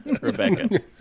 Rebecca